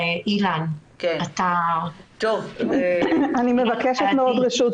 אני ממשרד